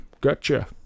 Gotcha